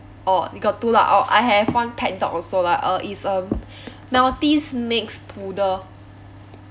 orh you got two lah orh I have one pet dog also lah uh is a maltese mix poodle